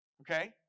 Okay